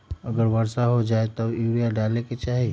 अगर वर्षा हो जाए तब यूरिया डाले के चाहि?